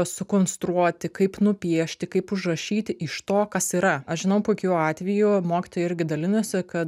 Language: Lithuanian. sukonstruoti kaip nupiešti kaip užrašyti iš to kas yra aš žinau puikių atvejų mokytojai irgi dalinasi kad